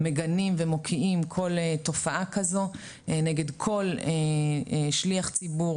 מגנים ומוקיעים כל תופעה כזו נגד כל שליח ציבור,